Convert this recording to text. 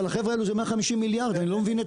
אבל החבר'ה האלו זה 150 מיליארד אני לא מבין.